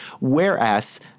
Whereas